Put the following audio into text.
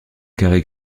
carré